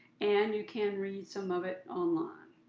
and you can read some of it online.